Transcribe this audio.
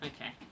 Okay